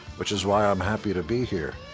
which is why i'm happy to be here.